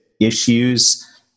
issues